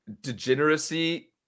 degeneracy